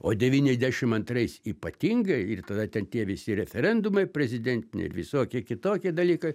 o devyniasdešim antrais ypatingai ir tada ten tie visi referendumai prezidentiniai ir visokie kitokie dalykai